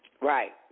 Right